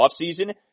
offseason